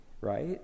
right